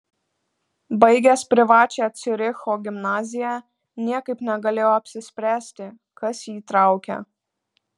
baigęs privačią ciuricho gimnaziją niekaip negalėjo apsispręsti kas jį traukia